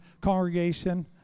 congregation